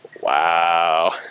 wow